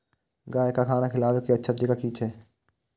गाय का खाना खिलाबे के अच्छा तरीका की छे?